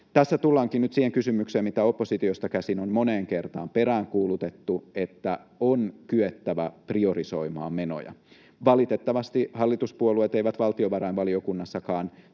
Tässä tullaankin nyt siihen kysymykseen, mitä oppositiosta käsin on moneen kertaan peräänkuulutettu, että on kyettävä priorisoimaan menoja. Valitettavasti hallituspuolueet eivät valtiovarainvaliokunnassakaan